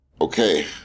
Okay